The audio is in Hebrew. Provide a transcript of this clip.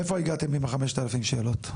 איפה הגעתם עם ה-5,000 שאלות?